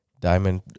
Diamond